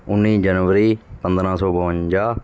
ਉੱਨੀ ਜਨਵਰੀ ਪੰਦਰਾਂ ਸੌ ਬਵੰਜਾ